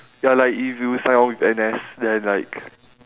ya like if you sign on with N_S then like